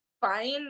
fine